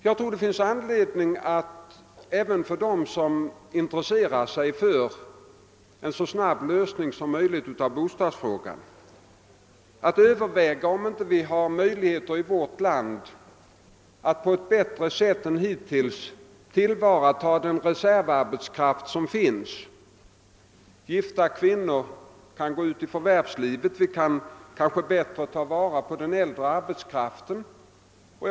Jag tror det finns anledning — även för dem som intresserar sig för en så snabb lösning av bostadsfrågan som möjligt — att överväga, huruvida vi inte i vårt land har möjligheter att på ett bättre sätt än hittills tillvarata den reservarbetskraft som finns: gifta kvinnor kan gå ut i förvärvslivet, man kan kanske bättre utnyttja den äldre arbetskraften o. s. v.